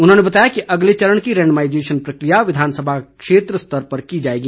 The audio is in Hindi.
उन्होंने बताया कि अगले चरण की रेंडमाईजेशन प्रक्रिया विधानसभा क्षेत्र स्तर पर की जाएगी